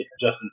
Justin